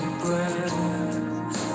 breath